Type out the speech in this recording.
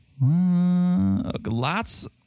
Lots